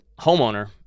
homeowner